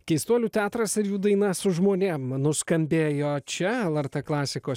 keistuolių teatras ir jų daina su žmonėm nuskambėjo jo čia lrt klasikos